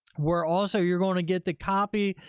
where also, you're going to get the copy,